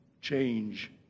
change